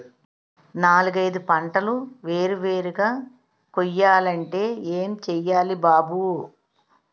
నాలుగైదు పంటలు వేరు వేరుగా కొయ్యాలంటే ఏం చెయ్యాలి బాబూ